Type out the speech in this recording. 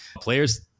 Players